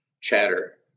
chatter